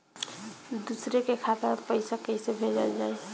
दूसरे के खाता में पइसा केइसे भेजल जाइ?